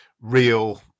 real